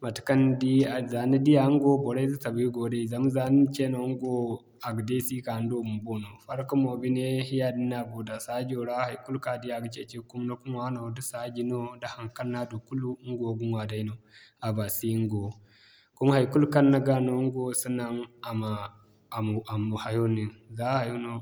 matekaŋ ni di, a za ni diya ɲga wo bora'ize tabay goo day zama za ni na ce ɲga wo a ga deesi ka ni do bumbo no. Farka wo bine yaadin no a go da saajo ra haikulu kaŋ a di a ga ceeci ka kumna ka ɲwa no da saaji no da haŋkaŋ no a du kulu, ɲgawo ga ɲwa day no a baasi ɲgawo. Kuma haikulu kaŋ ni ga no ɲgawo si nan, a ma hayo nin za a hayo no